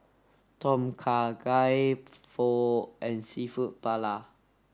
Tom Kha Gai Pho and Seafood Paella